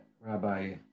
Rabbi